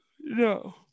No